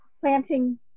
planting